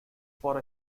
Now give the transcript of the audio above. for